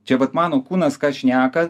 čia vat mano kūnas ką šneka